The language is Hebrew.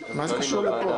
מה זה קשור לפה?